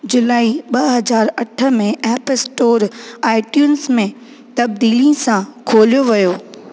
जुलाई ॿ हज़ार अठ में ऐप स्टोर आईट्यून्स में तबदीली सां खोलियो वियो